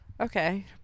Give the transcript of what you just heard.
Okay